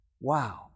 Wow